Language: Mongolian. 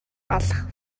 алах